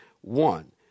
one